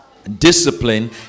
Discipline